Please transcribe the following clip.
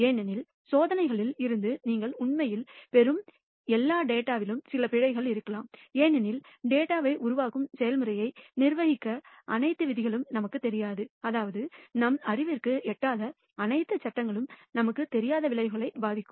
ஏனெனில் சோதனைகளில் இருந்து நீங்கள் உண்மையில் பெறும் எல்லா டேட்டாவிலும் சில பிழைகள் இருக்கலாம் ஏனெனில் டேட்டாவை உருவாக்கும் செயல்முறையை நிர்வகிக்கும் அனைத்து விதிகளும் நமக்கு தெரியாது அதாவது நம் அறிவிற்கு எட்டாத அனைத்து சட்டங்களும் நமக்கு தெரியாது விளைவுகளை பாதிக்கும்